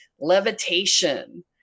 levitation